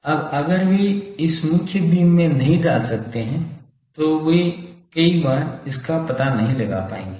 अब अगर वे इसे मुख्य बीम में नहीं डाल सकते हैं तो वे कई बार इसका पता नहीं लगा पाएंगे